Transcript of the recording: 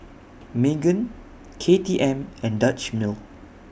Megan K T M and Dutch Mill